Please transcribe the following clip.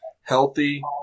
healthy